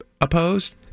opposed